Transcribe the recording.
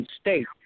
state